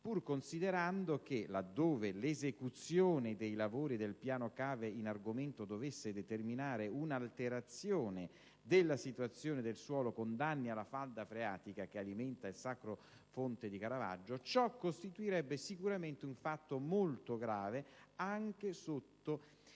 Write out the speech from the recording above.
pur considerando che, laddove l'esecuzione dei lavori del piano cave in argomento dovesse determinare un'alterazione della situazione del suolo, con danni alla falda freatica che alimenta il Sacro Fonte di Caravaggio, ciò costituirebbe sicuramente un fatto molto grave, anche sotto